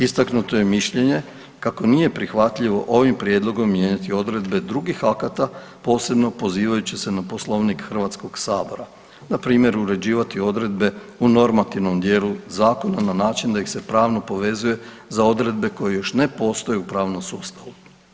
Istaknuto je mišljenje kako nije prihvatljivo ovim prijedlogom mijenjati odredbe drugih akata posebno pozivajući se na Poslovnik Hrvatskog sabora npr. uređivati odredbe u normativnom dijelu zakona na način da ih se pravno povezuje za odredbe koje još ne postoje u pravnom sustavu.